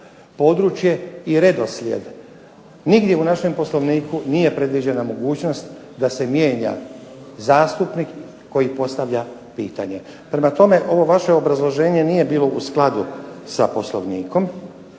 Područje i redoslijed. Nigdje u našem Poslovniku nije predviđena mogućnost da se mijenja zastupnik koji postavlja pitanje. Prema tome, ovo vaše obrazloženje nije bilo u skladu sa Poslovnikom,